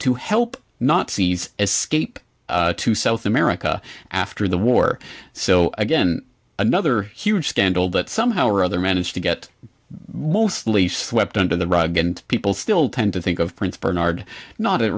to help nazis escape to south america after the war so again another huge scandal that somehow or other managed to get mostly swept under the rug and people still tend to think of prin